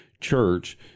church